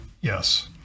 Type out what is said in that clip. Yes